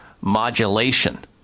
modulation